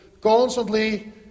Constantly